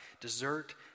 dessert